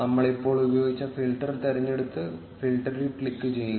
നമ്മൾ ഇപ്പോൾ ഉപയോഗിച്ച ഫിൽട്ടർ തിരഞ്ഞെടുത്ത് ഫിൽട്ടറിൽ ക്ലിക്കുചെയ്യുക